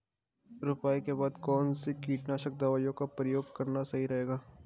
रुपाई के बाद कौन सी कीटनाशक दवाई का प्रयोग करना सही रहेगा?